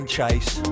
Chase